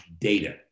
data